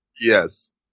Yes